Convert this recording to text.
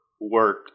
work